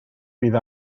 bydd